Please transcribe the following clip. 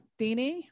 Dini